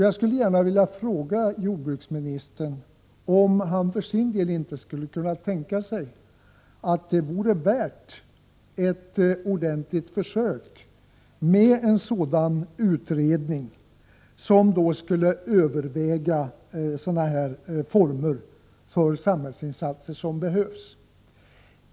Jag skulle gärna vilja fråga jordbruksministern, om han för sin del inte skulle kunna tänka sig att det vore värdefullt att ordentligt försöka utreda sådana här samhällsinsatser.